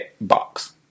box